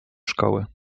szkoły